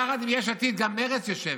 יחד עם יש עתיד גם מרצ יושבת.